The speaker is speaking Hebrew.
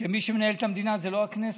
שמי שמנהל את המדינה זה לא הכנסת,